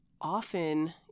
Often